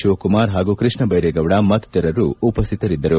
ಶಿವಕುಮಾರ್ ಹಾಗೂ ಕೃಷ್ಣ ಬೈರೇಗೌಡ ಮತ್ತಿತರರು ಉಪಸ್ಥಿತರಿದ್ದರು